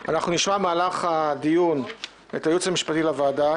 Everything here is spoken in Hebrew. אנחנו נשמע במהלך הדיון את הייעוץ המשפטי לוועדה,